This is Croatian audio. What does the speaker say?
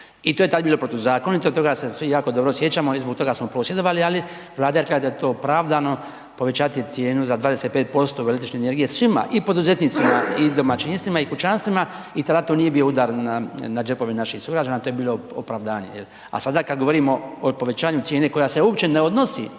i to je tada bilo protuzakonito, toga se svi jako dobro sjećamo i zbog toga smo prosvjedovali ali Vlada je rekla da je to opravdano povećati cijenu za 25% električne energije svima, i poduzetnicima i domaćinstvima i kućanstvima i tad to nije bio udar na džepove naših sugrađana, to je bilo opravdano a sada kad govorimo o povećanju cijene koja se uopće ne odnosi